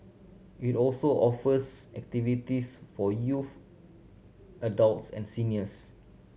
it also offers activities for youth adults and seniors